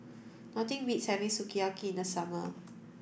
nothing beats having Sukiyaki in the summer